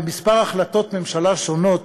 בכמה החלטות ממשלה שונות,